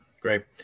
great